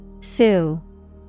Sue